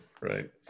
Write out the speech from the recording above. Right